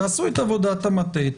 תעשו את עבודת המטה,